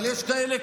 אבל יש כאלה,